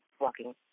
walking